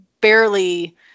barely